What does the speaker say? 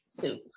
soup